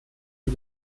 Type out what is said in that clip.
die